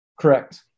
Correct